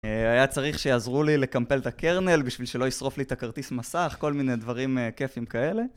היה צריך שיעזרו לי לקמפל את הקרנל בשביל שלא ישרוף לי את הכרטיס מסך, כל מיני דברים כיפים כאלה.